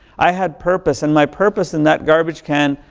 i had purpose. and my purpose in that garbage can,